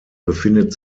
befindet